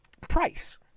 price